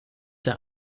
der